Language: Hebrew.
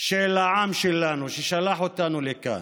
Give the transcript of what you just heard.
של העם שלנו, ששלח אותנו לכאן,